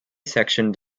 section